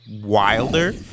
wilder